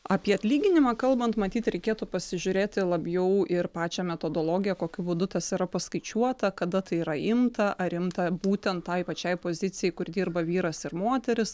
apie atlyginimą kalbant matyt reikėtų pasižiūrėti labiau ir pačią metodologiją kokiu būdu tas yra paskaičiuota kada tai yra imta ar imta būtent tai pačiai pozicijai kur dirba vyras ir moteris